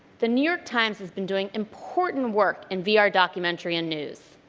the new york times has been doing important work in vr documentary and news.